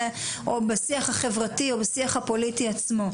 או בשיח החברתי או השיח הפוליטי עצמו.